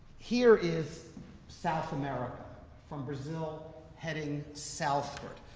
here is south america from brazil heading southward.